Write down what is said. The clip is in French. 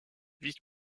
vice